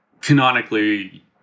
canonically